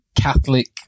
catholic